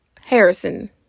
Harrison